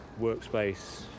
workspace